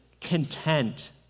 content